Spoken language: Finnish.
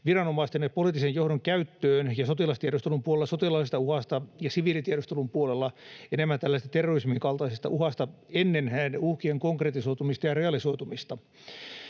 viranomaisten ja poliittisen johdon käyttöön, ja sotilastiedustelun puolella sotilaallisesta uhasta ja siviilitiedustelun puolella enemmän tällaisesta terrorismin kaltaisesta uhasta ennen näiden uhkien konkretisoitumista ja realisoitumista.